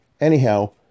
Anyhow